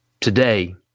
today